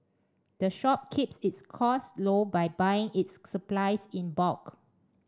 the shop keeps its costs low by buying its supplies in bulk